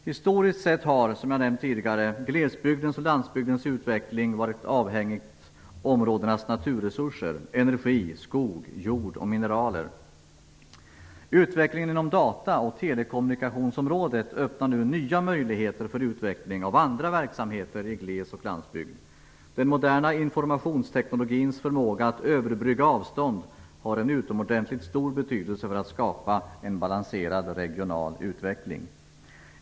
Historiskt sett har, som jag nämnt tidigare, glesbygdens och landsbygdens utveckling varit avhängig områdenas naturresurser -- energi, skog, jord och mineraler. Utvecklingen inom dataoch telekommunikationsområdet öppnar nu nya möjligheter för utveckling av andra verksamheter i gles och landsbygd. Den moderna informationsteknologins förmåga att överbrygga avstånd har en utomordentligt stor betydelse för att skapa en balanserad regional utveckling.